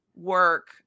work